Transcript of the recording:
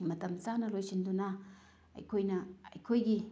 ꯃꯇꯝ ꯆꯥꯅ ꯂꯣꯏꯁꯤꯟꯗꯨꯅ ꯑꯩꯈꯣꯏꯅ ꯑꯩꯈꯣꯏꯒꯤ